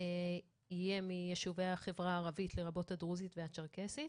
יהיה מיישובי החברה הערבית לרבות הדרוזית והצ'רקסית,